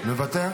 תודה.